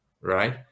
right